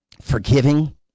forgiving